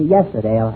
Yesterday